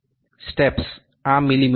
steps આ મી